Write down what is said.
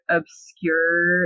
obscure